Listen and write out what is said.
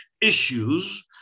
issues